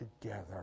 together